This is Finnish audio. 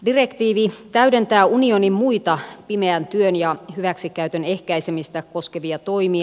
direktiivi täydentää unionin muita pimeän työn ja hyväksikäytön ehkäisemistä koskevia toimia